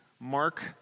Mark